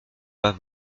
bas